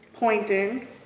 Pointing